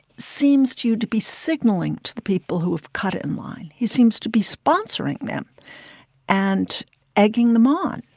seems to to be signaling to the people who have cut in line. he seems to be sponsoring them and egging them on,